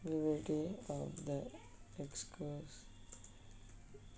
availability of the excuse